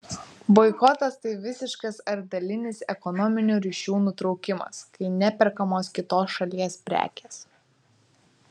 boikotas tai visiškas ar dalinis ekonominių ryšių nutraukimas kai neperkamos kitos šalies prekės